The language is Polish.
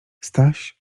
staś